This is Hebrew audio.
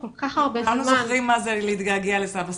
כולנו זוכרים מה זה להתגעגע לסבא וסבתא.